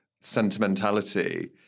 sentimentality